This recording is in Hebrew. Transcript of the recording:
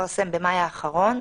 שהתפרסם במאי האחרון.